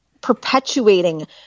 perpetuating